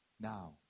now